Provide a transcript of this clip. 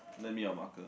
lend me your marker